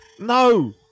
No